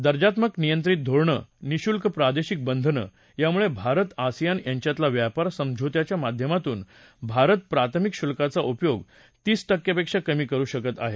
दर्जात्मक नियंत्रित धोरणं निशुल्क प्रादेशिक बंधनं यामुळे भारत आसियान यांच्यातल्या व्यापार समझोत्याच्या माध्यमातून भारत प्राथमिक शुल्काचा उपयोग तीस टक्क्यापेक्षा कमी करु शकत आहे